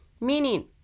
meaning